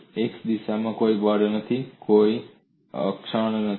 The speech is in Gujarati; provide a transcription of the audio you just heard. X દિશામાં કોઈ બળ નથી કોઈ ક્ષણ નથી